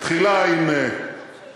תחילה עם יושב-ראש